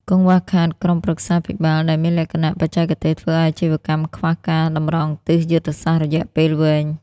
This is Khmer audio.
កង្វះខាតក្រុមប្រឹក្សាភិបាល ដែលមានលក្ខណៈបច្ចេកទេស ធ្វើឱ្យអាជីវកម្មខ្វះការតម្រង់ទិសយុទ្ធសាស្ត្ររយៈពេលវែង។